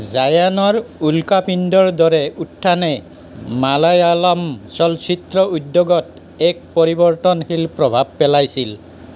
জায়ানৰ উল্কাপিণ্ডৰ দৰে উত্থানে মালায়ালম চলচিত্ৰ উদ্যোগত এক পৰিৱৰ্তনশীল প্ৰভাৱ পেলাইছিল